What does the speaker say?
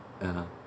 ya